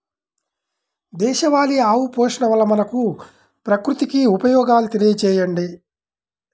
దేశవాళీ ఆవు పోషణ వల్ల మనకు, ప్రకృతికి ఉపయోగాలు తెలియచేయండి?